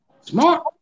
Smart